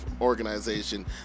Organization